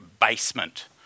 basement